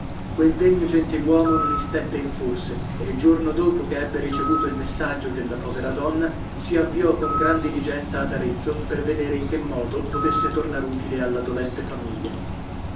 quel degno gentiluomo non istette in forse e il giorno dopo che ebbe ricevuto il messaggio della povera donna si avviò con gran diligenza ad arezzo per vedere in che modo potesse tornar utile alla dolente famiglia